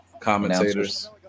commentators